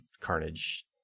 Carnage